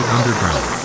Underground